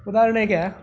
ಉದಾಹರಣೆಗೆ